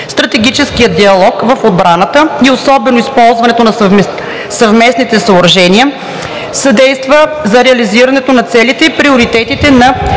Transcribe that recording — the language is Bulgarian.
Стратегическият диалог в отбраната и особено използването на съвместните съоръжения съдейства за реализирането на целите и приоритетите на